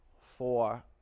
Four